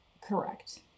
Correct